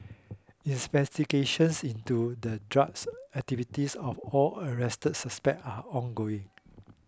investigations into the drugs activities of all arrested suspects are ongoing